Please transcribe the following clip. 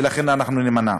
ולכן נימנע.